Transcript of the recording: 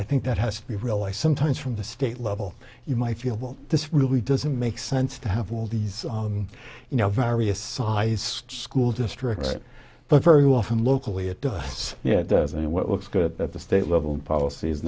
i think that has to be real i sometimes from the state level you might feel well this really doesn't make sense to have all these you know various size school districts but very often locally it does yeah it does and what looks good at the state level policy is